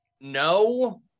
No